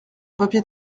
papier